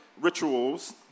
rituals